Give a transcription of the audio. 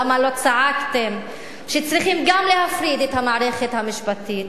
למה לא צעקתם שצריכים גם להפריד את המערכת המשפטית